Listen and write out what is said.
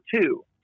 two